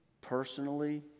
personally